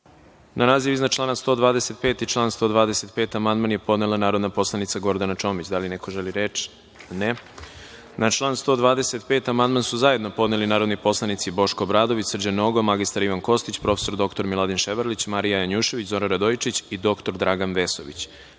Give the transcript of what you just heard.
Na naziv iznad člana 125. i član 125. amandman je podnela narodna poslanica Gordana Čomić. Da li neko želi reč? (Ne.)Na član 125. amandman su zajedno podneli narodni poslanici Boško Obradović, Srđan Nogo, mr Ivan Kostić, prof. dr Miladin Ševarlić, Marija Janjušević, Zoran Radojičić i dr Dragan Vesović. Reč